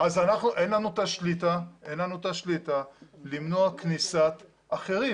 אז אין לנו את השליטה למנוע כניסת אחרים